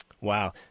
Wow